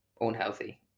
unhealthy